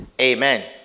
Amen